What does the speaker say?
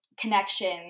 connection